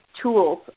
tools